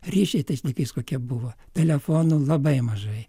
ryšiai tais laikais kokie buvo telefonų labai mažai